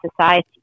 society